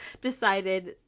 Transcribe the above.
decided